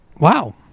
Wow